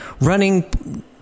running